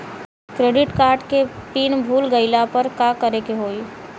Credit card के पिन भूल गईला पर का करे के होई?